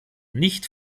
nicht